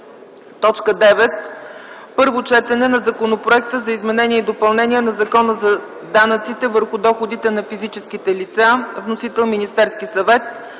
съвет. 9. Първо четене на Законопроекта за изменение и допълнение на Закона за данъците върху доходите на физическите лица. Вносител – Министерският съвет.